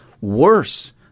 Worse